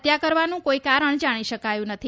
હત્યા કરવાનું કોઈ કારણ જાણી શકાયુ નથી